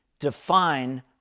define